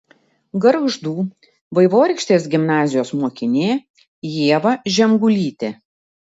gargždų vaivorykštės gimnazijos mokinė ieva žemgulytė